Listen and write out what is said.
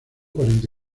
cuarenta